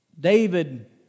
David